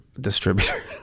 distributor